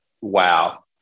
wow